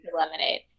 lemonade